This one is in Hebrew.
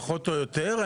פחות או יותר.